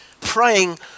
praying